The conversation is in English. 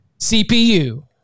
CPU